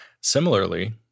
Similarly